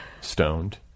stoned